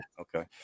Okay